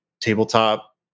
tabletop